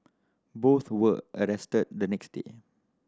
both were arrested the next day